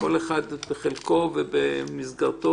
כל אחד בחלקו ובמסגרתו,